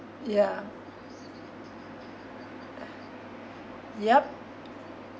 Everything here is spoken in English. ya yup